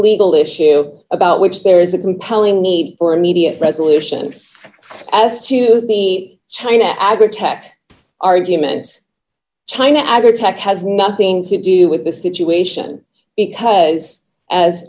legal issue about which there is a compelling need for immediate resolution as to the china agra tech argument china agger tech has nothing to do with the situation because as